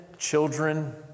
Children